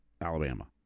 Alabama